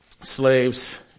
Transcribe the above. Slaves